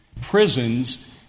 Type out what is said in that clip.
prisons